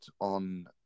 on